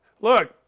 Look